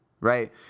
right